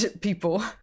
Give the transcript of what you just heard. people